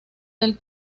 del